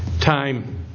time